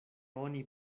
oni